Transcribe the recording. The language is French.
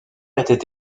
était